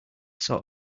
sort